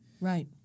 right